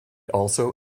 also